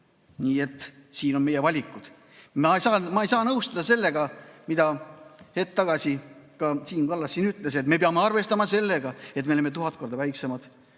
Nii et siin on meie valikud. Ma ei saa nõustuda sellega, mida hetk tagasi Siim Kallas ütles, et me peame arvestama sellega, et me oleme 1000 korda väiksemad